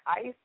Ice